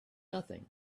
nothing